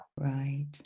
Right